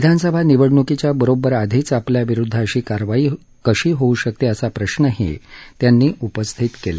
विधानसभा निवडणुकीच्या बरोब्बर आधीच आपल्या विरुद्ध अशी कारवाई कशी होऊ शकते असा प्रश्नही त्यांनी उपस्थित केला